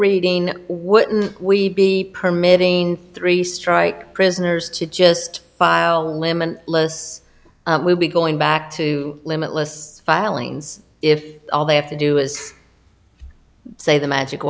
reading wouldn't we be permitting three strike prisoners to just file women less will be going back to limit lists filings if all they have to do is say the magic